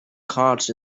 cards